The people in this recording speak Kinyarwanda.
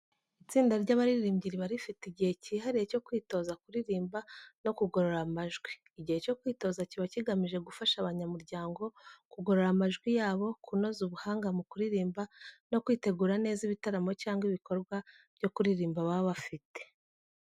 Itsinda ry'abaririmbyi riba rifite igihe cyihariye cyo kwitoza kuririmba no kugorora amajwi. Igihe cyo kwitoza kiba kigamije gufasha abanyamuryango kugorora amajwi yabo, kunoza ubuhanga mu kuririmba, no kwitegura neza ibitaramo cyangwa ibikorwa byo kuririmba baba bafite.